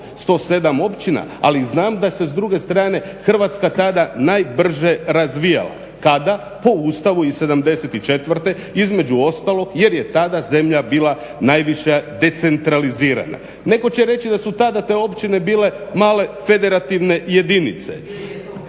107 i+općina ali znam da se s druge strane Hrvatska tada najbrže razvijala, kada po Ustavu iz 74 između ostalog jer je tada zemlja bila najviše decentralizirana. Netko će reći da će tada te općine bile male federativne jedinice